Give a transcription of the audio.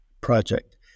project